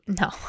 No